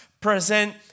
present